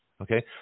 Okay